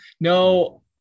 no